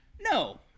No